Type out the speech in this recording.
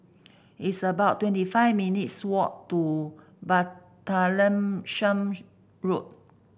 it's about twenty five minutes' walk to Martlesham Road